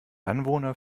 anwohner